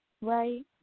Right